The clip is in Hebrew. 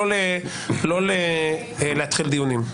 לא להתחיל דיונים.